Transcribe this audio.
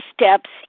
steps